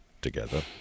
together